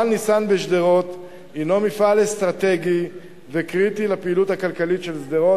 מפעל "ניסן" בשדרות הינו מפעל אסטרטגי וקריטי לפעילות הכלכלית של שדרות.